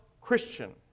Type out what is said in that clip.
Christian